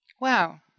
Wow